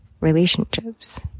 relationships